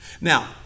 Now